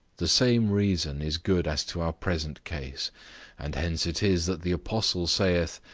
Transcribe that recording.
the same reason is good as to our present case and hence it is that the apostle saith,